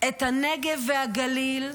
את הנגב והגליל,